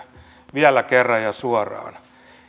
vielä kerran ja suoraan